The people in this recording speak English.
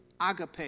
agape